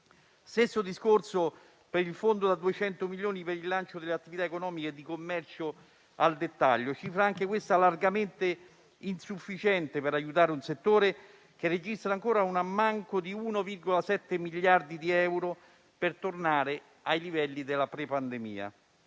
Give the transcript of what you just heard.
stesso discorso vale per il fondo da 200 milioni per il rilancio delle attività economiche e di commercio al dettaglio, anche questa una cifra largamente insufficiente per aiutare un settore che registra ancora un ammanco di 1,7 miliardi di euro per tornare ai livelli pre-pandemia.